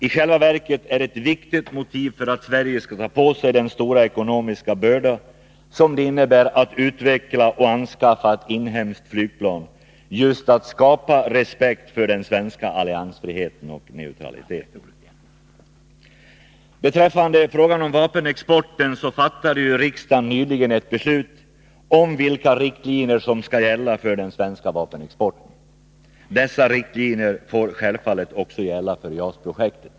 I själva verket är ett viktigt motiv för att Sverige skall ta på sig den stora ekonomiska börda som det innebär att utveckla och anskaffa ett inhemskt flygplan just att skapa respekt för den svenska alliansfriheten och neutraliteten. — Beträffande frågan om vapenexporten fattade ju riksdagen nyligen ett beslut som anger vilka riktlinjer som skall gälla för den svenska vapenexporten. Dessa riktlinjer får självfallet också gälla för JAS projektet.